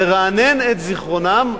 לרענן את זיכרונם,